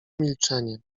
milczenie